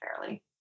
fairly